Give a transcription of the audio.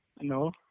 No